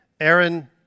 Aaron